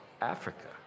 Africa